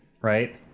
right